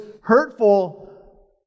hurtful